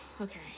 okay